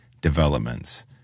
developments